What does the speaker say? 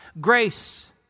grace